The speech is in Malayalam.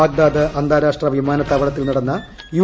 ബാഗ്ദാദ് അന്താരാഷ്ട്ര വിമാനത്താവളത്തിൽ നടന്ന യു